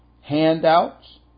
handouts